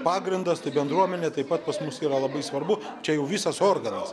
pagrindas tai bendruomenė taip pat pas mus yra labai svarbu čia jau visas organas